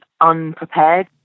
unprepared